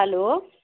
hello